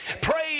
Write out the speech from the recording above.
Praise